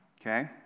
okay